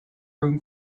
room